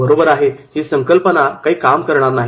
आणि बरोबर आहे ही संकल्पना काम करणार नाही